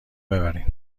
ببرین